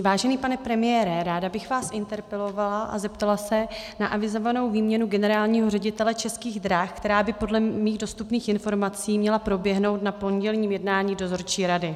Vážený pane premiére, ráda bych vás interpelovala a zeptala se na avizovanou výměnu generálního ředitele Českých drah, která by podle mých dostupných informací měla proběhnout na pondělním jednání dozorčí rady.